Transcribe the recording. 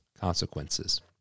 consequences